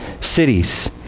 cities